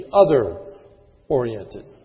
other-oriented